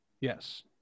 Yes